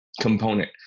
component